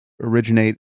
originate